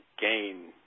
gain